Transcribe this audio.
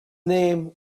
name